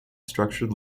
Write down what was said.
structured